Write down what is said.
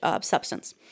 substance